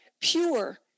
pure